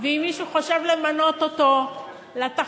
ואם מישהו חושב למנות אותו לתחנה